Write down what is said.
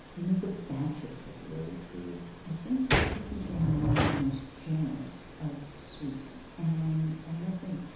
you make a batch of cookies very true i think that cookies are among the most generous of sweets, and i love them.